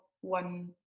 one